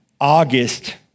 August